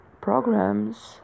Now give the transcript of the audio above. programs